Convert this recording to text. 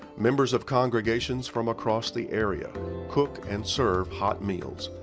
members of congregations from across the area cook and serve hot meals,